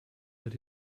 that